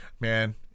Man